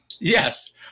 Yes